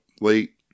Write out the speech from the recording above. late